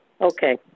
Okay